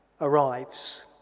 arrives